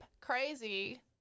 crazy